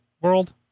world